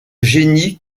génie